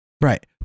Right